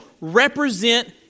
represent